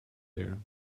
there